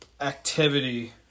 activity